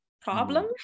problem